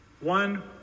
one